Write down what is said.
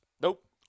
Nope